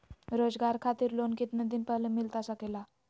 रोजगार खातिर लोन कितने दिन पहले मिलता सके ला?